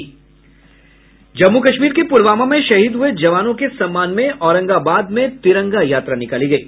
जम्मू कश्मीर के पुलवामा में शहीद हुए जवानों के सम्मान में औरंगाबाद में तिरंगा यात्रा निकाली गयी